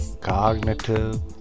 cognitive